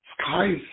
skies